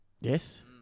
Yes